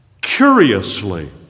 curiously